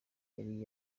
yari